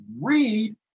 read